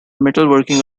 metalworking